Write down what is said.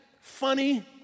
funny